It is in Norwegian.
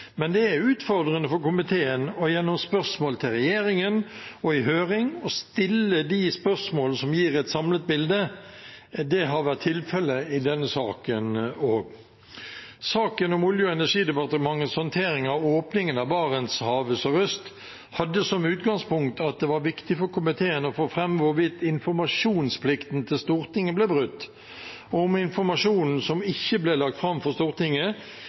men det er utfordrende for komiteen gjennom spørsmål til regjeringen og i høring å stille de spørsmål som gir et samlet bilde. Det har vært tilfellet i denne saken også. Saken om Olje- og energidepartementets håndtering av åpningen av Barentshavet sørøst hadde som utgangspunkt at det var viktig for komiteen å få fram hvorvidt informasjonsplikten til Stortinget ble brutt, og om informasjonen som ikke ble lagt fram for Stortinget,